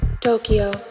Tokyo